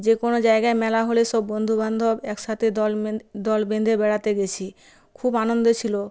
যে কোনও জায়গায় মেলা হলে সব বন্ধুবান্ধব একসাথে দল বেঁধে দল বেঁধে বেড়াতে গেছি খুব আনন্দ ছিল